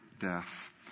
death